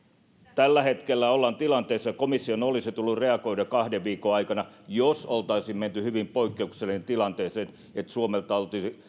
tällä hetkellä ollaan tilanteessa että komission olisi tullut reagoida kahden viikon aikana jos oltaisiin menty hyvin poikkeukselliseen tilanteeseen että suomelta